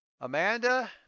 amanda